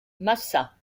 massat